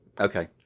Okay